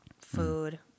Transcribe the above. food